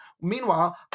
meanwhile